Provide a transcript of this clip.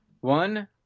One